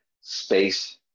space